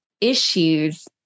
issues